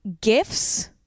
gifts